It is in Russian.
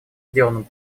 сделанному